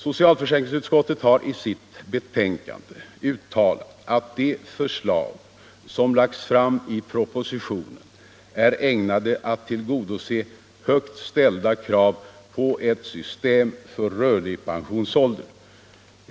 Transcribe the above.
Socialförsäkringsutskottet har i sitt betänkande uttalat att de förslag som lagts fram i propositionen är ägnade att tillgodose högt ställda krav på ett system för rörlig pensionsålder.